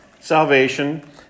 salvation